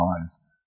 lives